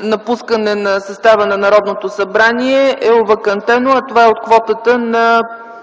напускане на състава на Народното събрание е овакантено, а това е от квотата на